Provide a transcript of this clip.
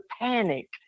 panic